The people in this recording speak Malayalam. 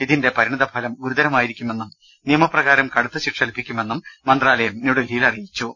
ഇതിന്റെ പരിണിത ഫലം ഗുരുതരമായിരിക്കുമെന്നും നിയ മപ്രകാരം കടുത്ത ശിക്ഷ ലഭിക്കുമെന്നും മന്ത്രാലയം ന്യൂഡൽഹിയിൽ അറി യിച്ചു